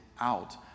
out